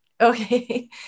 Okay